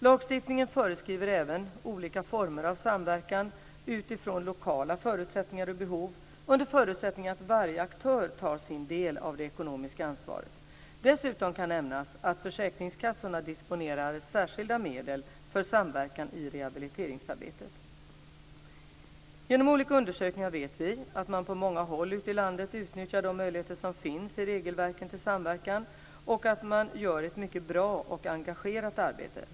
Lagstiftningen föreskriver även olika former av samverkan utifrån lokala förutsättningar och behov - under förutsättning att varje aktör tar sin del av det ekonomiska ansvaret. Dessutom kan nämnas att försäkringskassorna disponerar särskilda medel för samverkan i rehabiliteringsarbetet. Genom olika undersökningar vet vi att man på många håll ute i landet utnyttjar de möjligheter som finns i regelverken till samverkan och att man gör ett mycket bra och engagerat arbete.